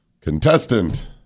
Contestant